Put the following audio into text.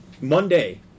Monday